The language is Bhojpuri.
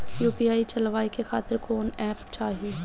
यू.पी.आई चलवाए के खातिर कौन एप चाहीं?